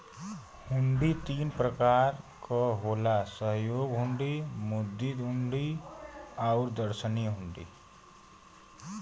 हुंडी तीन प्रकार क होला सहयोग हुंडी, मुद्दती हुंडी आउर दर्शनी हुंडी